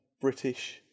British